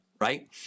Right